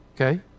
Okay